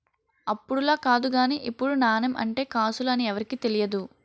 అప్పుడులా కాదు గానీ ఇప్పుడు నాణెం అంటే కాసులు అని ఎవరికీ తెలియదు